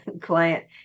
client